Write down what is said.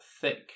thick